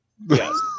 Yes